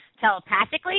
telepathically